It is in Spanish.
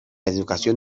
educación